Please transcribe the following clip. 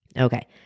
Okay